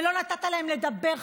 ולא נתת להם לדבר,